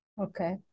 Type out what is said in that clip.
Okay